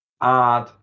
add